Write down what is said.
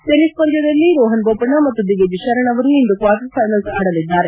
tennis ಪಂದ್ಯದಲ್ಲಿ ರೋಹನ್ ಬೋಪಣ್ಣ ಮತ್ತು ದಿವಿಜ್ ಶರಣ್ ಅವರು ಇಂದು ಕ್ವಾರ್ಟರ್ ಫೈನಲ್ಲ್ ಆಡಲಿದ್ದಾರೆ